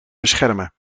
beschermen